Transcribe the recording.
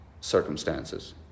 circumstances